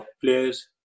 players